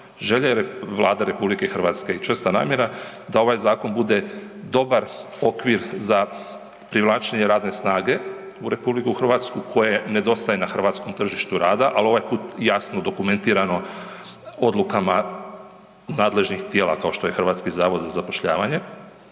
Želja je Vlade RH i čista namjera da ovaj zakon bude dobar okvir za privlačenje radne snage u RH koje nedostaje na hrvatskom tržištu rada, al ovaj put jasno dokumentirano odlukama nadležnih tijela kao što je HZZ, ali tako, isto tako se